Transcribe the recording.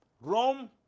Rome